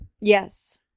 Yes